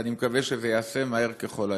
ואני מקווה שזה ייעשה מהר ככל האפשר.